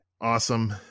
awesome